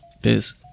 Biz